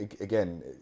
again